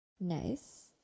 Nice